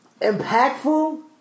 impactful